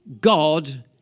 God